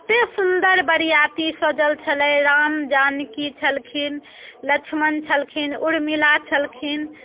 एतेक सुंदर बरिआती सजल छलैया राम जानकी छलखिन लछमन छलखिन उर्मिला छलखिन